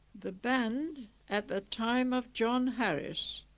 the band at the time of john harris,